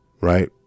Right